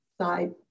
side